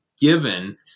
given